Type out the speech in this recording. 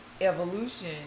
evolution